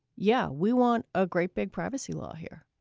yeah, we want a great big privacy law here?